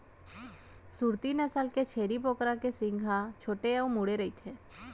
सूरती नसल के छेरी बोकरा के सींग ह छोटे अउ मुड़े रइथे